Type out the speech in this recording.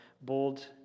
bold